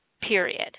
period